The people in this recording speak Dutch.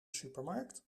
supermarkt